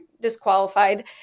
disqualified